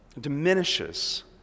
diminishes